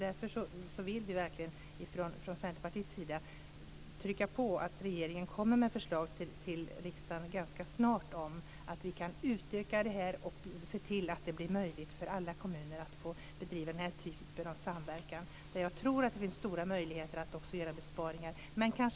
Därför vill vi i Centerpartiet verkligen trycka på att regeringen kommer med förslag till riksdagen ganska snart om att vi kan utöka detta och se till att det blir möjligt för alla kommuner att få bedriva den här typen av samverkan. Jag tror att det finns stora möjligheter att också göra besparingar genom detta.